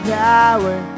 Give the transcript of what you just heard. power